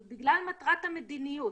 זה בגלל מטרת המדיניות.